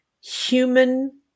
human